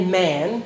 man